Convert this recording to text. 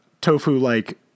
tofu-like